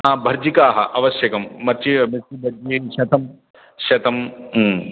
भर्जिकाः आवश्यकम् मर्चि मिर्चिभज्जि शतं शतम्